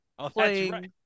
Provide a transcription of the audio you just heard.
playing